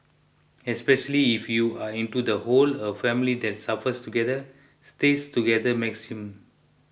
especially if you are into the whole of family that suffers together stays together maxim